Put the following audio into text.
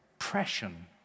oppression